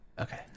okay